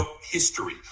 ...history